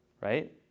right